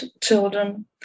children